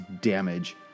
damage